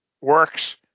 works